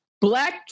black